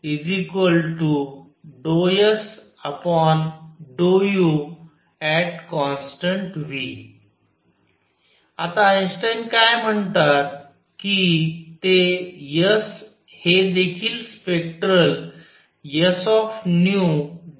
आता आइन्स्टाईन काय मानतात की ते S हे देखील स्पेक्ट्रल sdνने बनलेले आहे